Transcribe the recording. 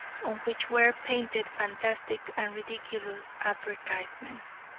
on which were painted fantastic and ridiculous advertisements.